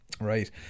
Right